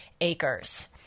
acres